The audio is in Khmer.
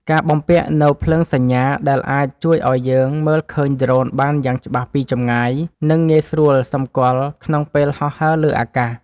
ការបំពាក់នូវភ្លើងសញ្ញាដែលអាចជួយឱ្យយើងមើលឃើញដ្រូនបានយ៉ាងច្បាស់ពីចម្ងាយ និង ងាយស្រួលសម្គាល់ក្នុងពេលហោះហើរលើអាកាស។